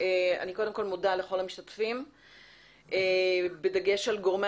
אני קודם כל מודה לכל המשתתפים בדגש על גורמי